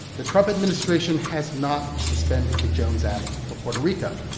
the trump administration has not suspended the jones act for puerto rico.